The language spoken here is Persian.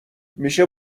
میشه